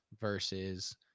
versus